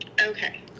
Okay